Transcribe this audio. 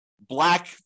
black